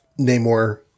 Namor